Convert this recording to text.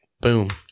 Boom